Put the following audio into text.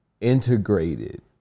integrated